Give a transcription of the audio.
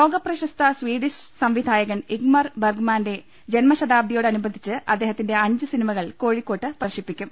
ലോകപ്രശസ്ത സ്വീഡിഷ് സംവിധായകൻ ഇംഗ്മർ ബർഗ്മാന്റെ ജന്മശതാബ്ദിയോടനുബന്ധിച്ച് അദ്ദേഹത്തിന്റെ അഞ്ച് സിനിമകൾ കോഴിക്കോട്ട് പ്രദർശിപ്പിക്കും